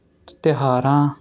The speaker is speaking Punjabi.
ਤਿਉਹਾਰਾਂ